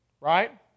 right